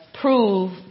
Prove